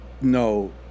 No